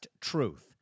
Truth